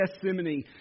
Gethsemane